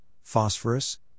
phosphorus